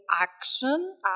action